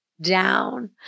down